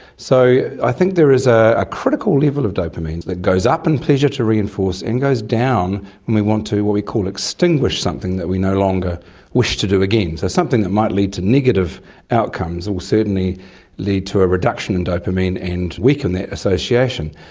so i think there is ah a critical level of dopamine that goes up in pleasure to reinforce and goes down when we want to what we call extinguish something that we no longer wish to do again. so something that might lead to negative outcomes will certainly lead to a reduction in dopamine and weaken that association.